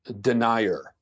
denier